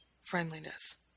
friendliness